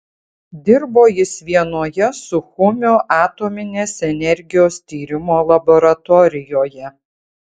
dirbo jis vienoje suchumio atominės energijos tyrimo laboratorijoje